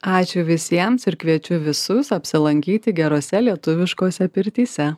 ačiū visiems ir kviečiu visus apsilankyti gerose lietuviškose pirtyse